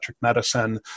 medicine